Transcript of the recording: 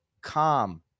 calm